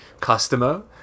customer